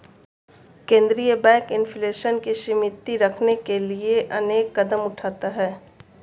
केंद्रीय bank inflation को सीमित रखने के लिए अनेक कदम उठाता है